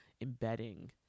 embedding